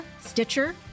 Stitcher